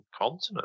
continent